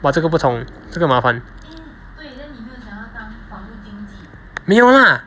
but 这个不同这个麻烦没有 lah